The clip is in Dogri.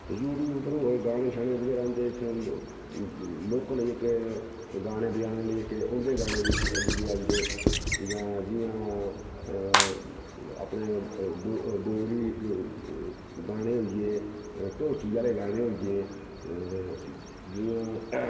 ते यू ट्यूब उप्पर होर गाने शाने बगैरा ओंदे इत्थें लोकल न जेह्के गाने बजाने आह्ले जेह्के उंदे गाने बी दुए औंदे जां जियां अपने डोगरी गाने होई गे ढोलकी आह्ले गाने होई गे जियां